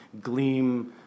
gleam